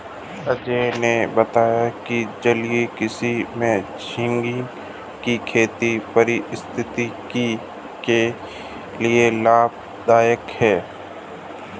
अजय ने बताया कि जलीय कृषि में झींगा की खेती पारिस्थितिकी के लिए लाभदायक है